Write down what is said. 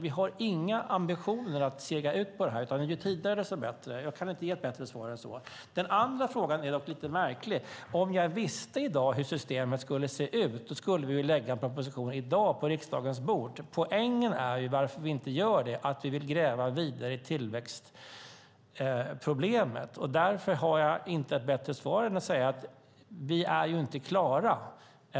Vi har inga intentioner att sega ut på det, utan ju tidigare den kommer, desto bättre. Jag kan inte ge ett bättre svar än så. Den andra frågan är lite märklig. Visste jag hur systemet skulle se ut skulle vi redan i dag lägga propositionen på riksdagens bord. Anledningen till att vi inte gör det är för att vi vill gräva vidare i tillväxtproblemet. Därför kan jag inte ge ett bättre svar än att säga: Vi är inte klara.